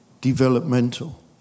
developmental